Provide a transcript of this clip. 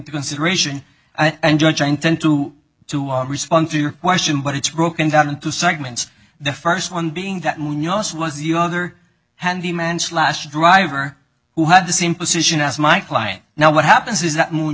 consideration and judge i intend to to respond to your question but it's broken down into segments the first one being that no us was the other hand the man slash driver who had the same position as my client now what happens is